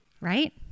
right